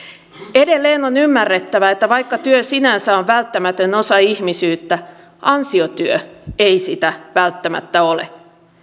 edelleen on ymmärrettävä että vaikka työ sinänsä on välttämätön osa ihmisyyttä ansiotyö ei sitä välttämättä ole